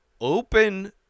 open